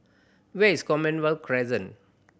where is Commonwealth Crescent